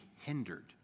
hindered